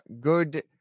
good